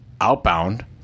outbound